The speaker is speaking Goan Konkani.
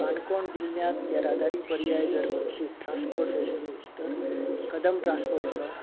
काणकोण जिल्ल्यांत येरादारी पर्याय जर म्हणशीत ट्रान्सपोर्ट फेसिलिटीस तर कदंब ट्रान्सपोर्ट आसा